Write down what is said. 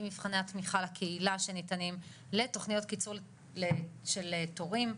עם מבחני התמיכה לקהילה שניתנים לתכניות קיצור של תורים,